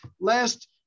last